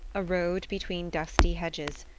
a road between dusty hedges,